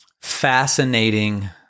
fascinating –